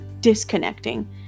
disconnecting